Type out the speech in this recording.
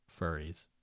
furries